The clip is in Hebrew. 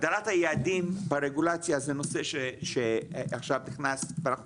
הגדרת היעדים ברגולציה זה נושא שעכשיו הכנסת ואנחנו